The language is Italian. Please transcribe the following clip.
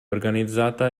organizzata